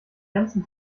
ganzen